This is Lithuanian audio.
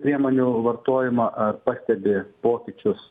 priemonių vartojimą ar pastebi pokyčius